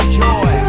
joy